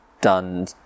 done